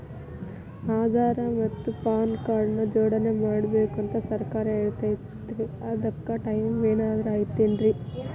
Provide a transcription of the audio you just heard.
ಆಧಾರ ಮತ್ತ PAN card ನ ಜೋಡಣೆ ಮಾಡ್ಬೇಕು ಅಂತಾ ಸರ್ಕಾರ ಹೇಳೈತ್ರಿ ಅದ್ಕ ಟೈಮ್ ಏನಾರ ಐತೇನ್ರೇ?